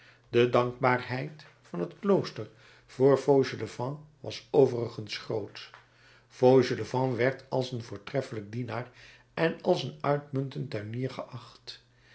de dankbaarheid van het klooster voor fauchelevent was overigens groot fauchelevent werd als een voortreffelijk dienaar en als een uitmuntend tuinier geacht